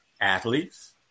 athletes